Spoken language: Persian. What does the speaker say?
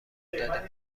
دادیم